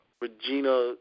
Regina